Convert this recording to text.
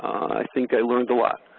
i think i learned a lot.